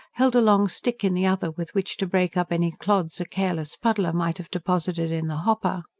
held a long stick in the other with which to break up any clods a careless puddler might have deposited in the hopper.